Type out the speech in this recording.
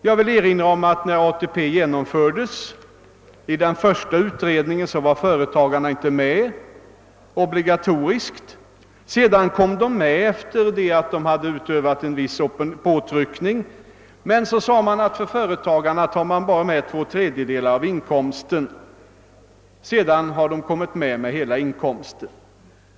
Jag vill erinra om att när ATP genomfördes var företagarna inte med obligatoriskt i den första utredningen. Sedan kom de med i regeringsförslaget efter att ha utövat en viss påtryckning. Men så sade man att när det gäller företagarna tar man bara med två tredjedelar av inkomsten. Sedan har de blivit försäkrade för hela inkomsten.